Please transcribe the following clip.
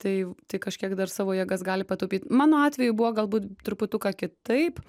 tai v tai kažkiek dar savo jėgas gali pataupyt mano atveju buvo galbūt truputuką kitaip